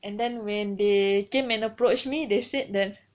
and then when they came and approach me they said that